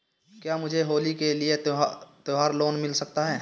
क्या मुझे होली के लिए त्यौहार लोंन मिल सकता है?